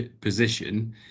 position